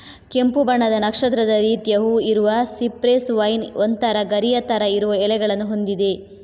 ಕೆಂಪು ಬಣ್ಣದ ನಕ್ಷತ್ರದ ರೀತಿಯ ಹೂವು ಇರುವ ಸಿಪ್ರೆಸ್ ವೈನ್ ಒಂತರ ಗರಿಯ ತರ ಇರುವ ಎಲೆಗಳನ್ನ ಹೊಂದಿದೆ